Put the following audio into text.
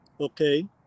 Okay